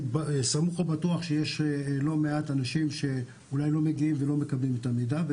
אני סמוך ובטוח שיש לא מעט אנשים שאולי לא מגיעים ולא מקבלים את המידע,